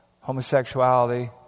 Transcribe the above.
homosexuality